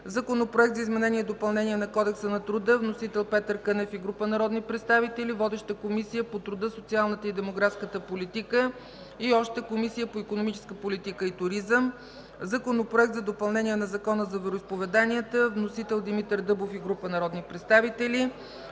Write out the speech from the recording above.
Законопроект за изменение и допълнение на Кодекса на труда. Вносител – Петър Кънев и група народни представители. Водеща е Комисията по труда, социалната и демографската политика и още – Комисията по икономическата политика и туризъм. Законопроект за допълнение на Закона за вероизповеданията. Вносител – Димитър Дъбов и група народни представители.